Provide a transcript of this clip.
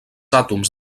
àtoms